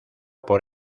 por